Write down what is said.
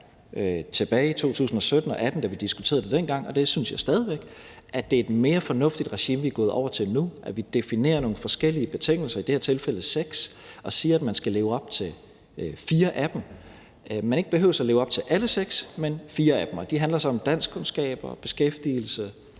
tilbage i 2017 og 2018, da vi diskuterede det dengang – og det synes jeg stadig væk – at det var et mere fornuftigt regime, vi gik over til, hvor vi definerer nogle forskellige betingelser, i det her tilfælde seks, og siger, at man skal opfylde fire af dem. Man behøver ikke opfylde alle seks, men fire af dem. Det handler så om danskkundskaber, beskæftigelse